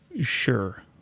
Sure